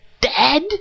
dead